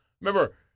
Remember